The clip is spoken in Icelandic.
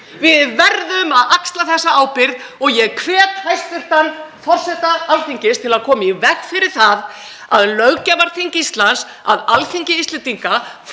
Við verðum að axla þessa ábyrgð og ég hvet hæstv. forseta Alþingis til að koma í veg fyrir að löggjafarþing Íslands, að Alþingi Íslendinga,